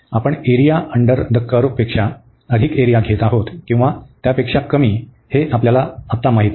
आपण area under कर्व्हपेक्षा अधिक एरिया घेत आहोत किंवा त्यापेक्षा कमी हे माहित नाही